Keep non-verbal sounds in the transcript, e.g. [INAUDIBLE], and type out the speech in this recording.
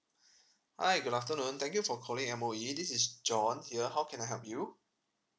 [BREATH] hi good afternoon thank you for calling M_O_E this is john here how can I help you